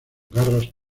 garras